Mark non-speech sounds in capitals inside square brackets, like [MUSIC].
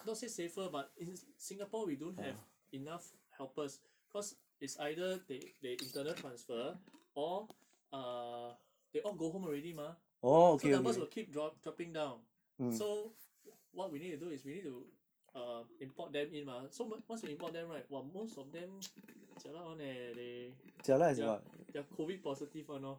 not say safer but in singapore we don't have enough helpers cause it's either they they internal transfer or uh they all go home already mah so numbers will keep dro~ dropping down so what we need to do is we need to uh import them in mah so 我们 once we import them right !wah! most of them [NOISE] jialat [one] eh they they are they are COVID positive [one] lor